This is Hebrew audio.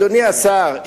אדוני השר,